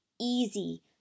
easy